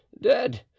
dead